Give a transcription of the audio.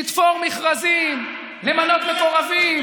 לתפור מכרזים, למנות מקורבים,